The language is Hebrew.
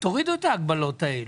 תורידו את ההגבלות האלה.